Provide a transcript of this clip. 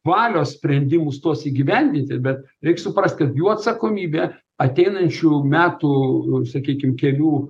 valios sprendimus tuos įgyvendinti bet reik suprastkad jų atsakomybė ateinančių metų užsakykim kelių